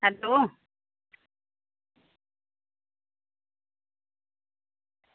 hello